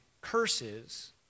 curses